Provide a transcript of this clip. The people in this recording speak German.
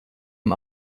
ein